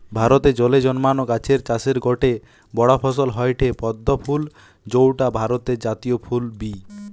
ভারতে জলে জন্মানা গাছের চাষের গটে বড় ফসল হয়ঠে পদ্ম ফুল যৌটা ভারতের জাতীয় ফুল বি